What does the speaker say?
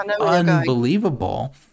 unbelievable